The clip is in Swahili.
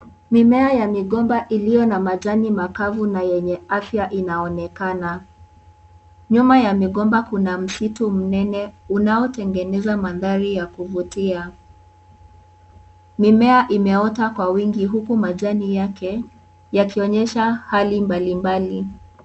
Mimea ya migomba iliyo na majani makavu na yenye afya inaonekana. Nyuma ya migomba kuna msitu mnene unaotengeneza mandhari ya kuvutia. Mimea imeoa kwa wingi huku majani yake yakionyesha hali mbalimbali.